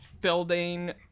building